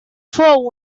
fou